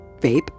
Vape